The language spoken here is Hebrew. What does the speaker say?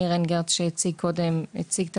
ניר אנגרט שהציג קודם הציג גם את